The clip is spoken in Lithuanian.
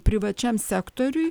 privačiam sektoriui